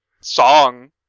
song